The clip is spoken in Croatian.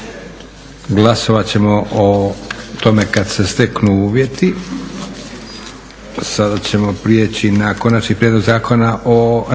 Hvala